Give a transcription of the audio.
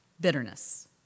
Bitterness